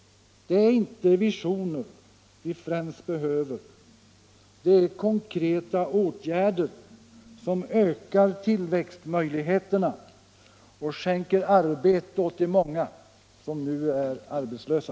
Det är inte visioner vi främst behöver — det är konkreta åtgärder som ökar tillväxtmöjligheterna och skänker arbete åt de många som nu är arbetslösa.